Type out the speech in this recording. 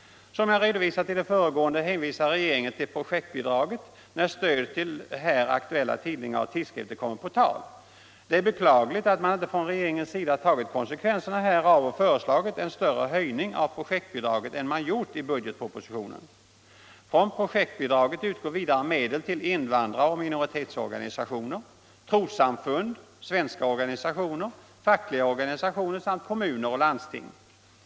Som jag redovisat i det föregående hänvisar regeringen till projektbidraget när stöd till här aktuella tidningar och tidskrifter kommer på tal. Det är beklagligt att man inte från regeringens sida tagit konsekvenserna härav och föreslagit en större höjning av projektbidraget än man gjort i budgetpropositionen. Från projektbidraget utgår vidare medel till invandrar och minoritetsorganisationer, trossamfund, svenska organisationer, fackliga organisationer samt kommuner och landsting.